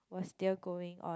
was still going on